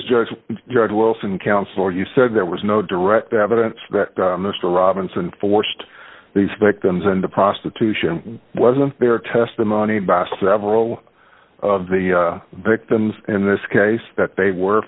is just drug wilson counsel you said there was no direct evidence that mr robinson forced these victims and the prostitution wasn't their testimony by several of the victims in this case that they were